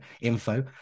info